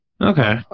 Okay